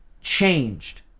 changed